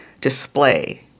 display